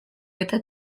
eta